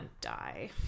die